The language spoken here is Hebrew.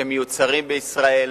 שמיוצרים בישראל,